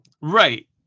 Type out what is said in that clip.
Right